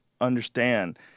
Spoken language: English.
understand